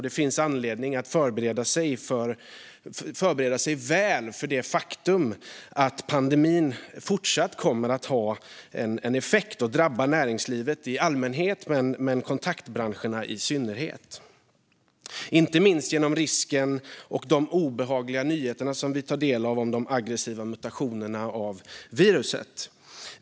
Det finns anledning att förbereda sig väl för det faktum att pandemin fortsatt kommer att ha en effekt och drabba näringslivet i allmänhet och kontaktbranscherna i synnerhet, inte minst på grund av de obehagliga nyheterna om de nya aggressiva mutationerna av viruset och risken det medför.